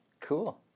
Cool